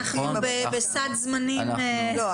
ואנחנו --- אנחנו בסד זמנים --- לא.